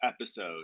episode